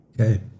Okay